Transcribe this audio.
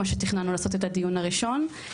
מה שתכננו לעשות את הדיון הראשון,